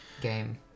game